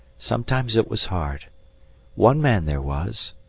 sometimes it was hard one man there was,